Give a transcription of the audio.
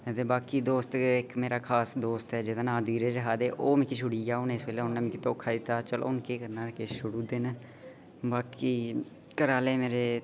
ते बाकी दोस्त इक्क मेरा खास दोस्त ऐ जेह्दा नांऽ धीरज ऐ ते ओह् मिगी छुड़ी आ इस बेल्लै उ'न्ने मिगी धोखा दित्ता चलो हू'न केह् करना किश छुड़ू दे न बाकी घरा आह्ले मेरे